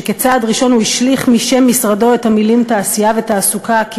שכצעד ראשון השליך משם משרדו את המילים "תעשייה" ו"תעסוקה" כי